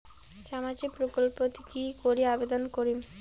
সামাজিক প্রকল্পত কি করি আবেদন করিম?